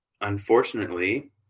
unfortunately